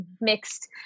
mixed